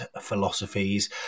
philosophies